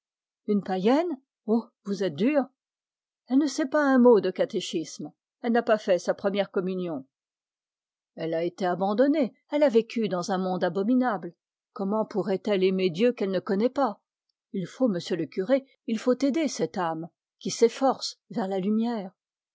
une païenne vous êtes dur elle ne sait pas un mot de catéchisme elle n'a pas fait sa première communion elle a été abandonnée elle a vécu dans un monde abominable comment pourrait-elle aimer dieu qu'elle ne connaît pas il faut monsieur le curé il faut aider cette âme qui s'efforce vers la lumière